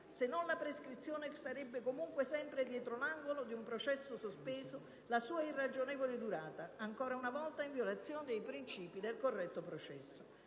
Se non la prescrizione, sarebbe comunque sempre dietro l'angolo di un processo sospeso la sua irragionevole durata, ancora una volta in violazione dei principi del corretto processo.